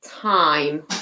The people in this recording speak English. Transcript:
time